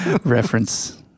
Reference